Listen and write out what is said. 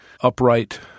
upright